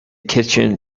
kitchen